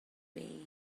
bay